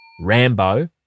Rambo